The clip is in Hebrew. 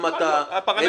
שמה אתה --- יכול להיות.